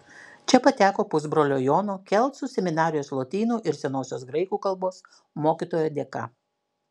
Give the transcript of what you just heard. čia pateko pusbrolio jono kelcų seminarijos lotynų ir senosios graikų kalbos mokytojo dėka